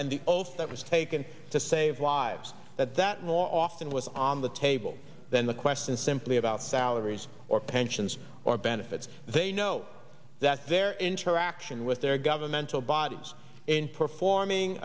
goals that was taken to save lives that that more often was on the table than the question simply about salaries or pensions or benefits they know that their interaction with their governmental bodies in performing